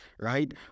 right